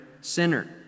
sinner